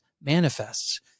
manifests